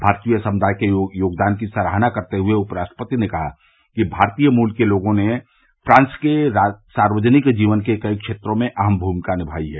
भारतीय समुदाय के योगदान की सराहना करते हए उप राष्ट्रपति ने कहा कि भारतीय मूल के लोगों ने फ्रांस में सार्वजनिक जीवन के कई क्षेत्रों में अहम भूमिका निमाई है